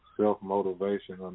self-motivation